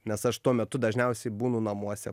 nes aš tuo metu dažniausiai būnu namuose